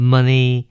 Money